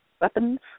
weapons